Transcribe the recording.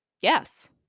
yes